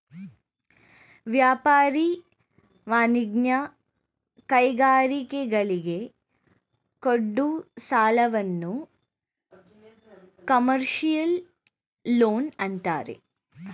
ವ್ಯಾಪಾರ, ವಾಣಿಜ್ಯ, ಕೈಗಾರಿಕೆಗಳಿಗೆ ಕೊಡೋ ಸಾಲವನ್ನು ಕಮರ್ಷಿಯಲ್ ಲೋನ್ ಅಂತಾರೆ